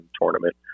tournament